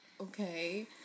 okay